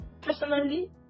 personally